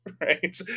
right